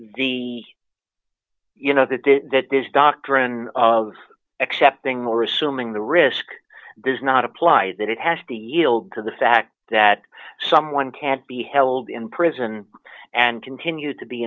the you know that the that this doctrine of accepting or assuming the risk does not apply that it has to yield to the fact that someone can't be held in prison and continued to be